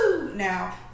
Now